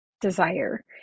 desire